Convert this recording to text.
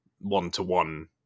one-to-one